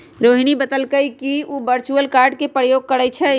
रोहिणी बतलकई कि उ वर्चुअल कार्ड के प्रयोग करई छई